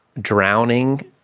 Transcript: drowning